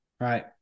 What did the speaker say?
right